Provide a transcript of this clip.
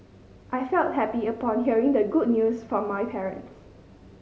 I felt happy upon hearing the good news from my parents